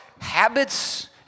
habits